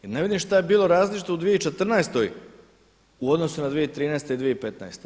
I ne vidim šta je bilo različito u 2014. u odnosu na 2013. i 2015.